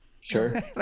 Sure